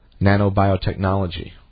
Nanobiotechnology